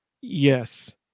yes